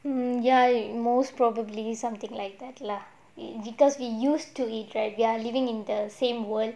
um ya most probably something like that lah because we used to it right we're living in the same world